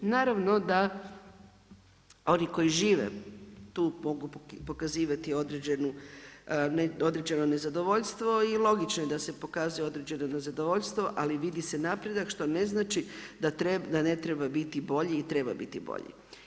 Naravno da oni koji žive tu mogu pokazivati određeno nezadovoljstvo i logično je da se pokazuje određeno nezadovoljstvo, ali vidi se napredak što ne znači da ne treba biti bolji i treba biti bolji.